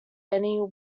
danny